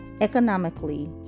economically